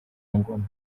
ngoma